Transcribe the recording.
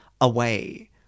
away